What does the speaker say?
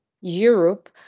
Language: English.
Europe